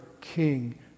king